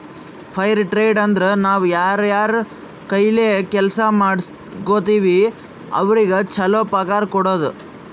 fire trade ಅಂದುರ್ ನಾವ್ ಯಾರ್ ಕೈಲೆ ಕೆಲ್ಸಾ ಮಾಡುಸ್ಗೋತಿವ್ ಅವ್ರಿಗ ಛಲೋ ಪಗಾರ್ ಕೊಡೋದು